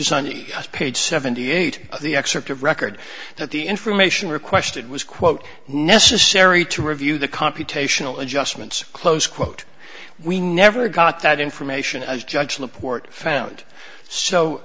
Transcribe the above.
sunny page seventy eight the excerpt of record that the information requested was quote necessary to review the computational adjustments close quote we never got that information as judge laporte found so